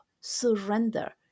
surrender